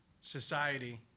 society